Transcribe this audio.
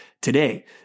today